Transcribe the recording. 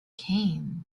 came